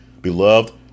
beloved